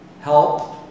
Help